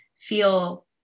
feel